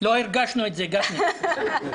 הרגשנו את זה, גפני.